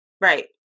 Right